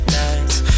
nights